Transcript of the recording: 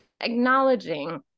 acknowledging